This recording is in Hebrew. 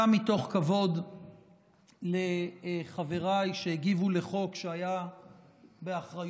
גם מתוך כבוד לחבריי שהגיבו לחוק שהיה באחריותה